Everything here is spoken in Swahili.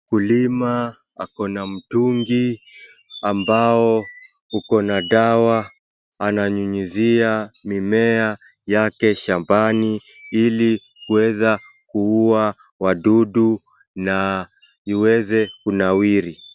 Mkulima akona mtungi ambao ukona dawa, ananyunyizia mimea yake shambani ili kuweza kuuwa wadudu na iweze kunawiri.